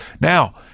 now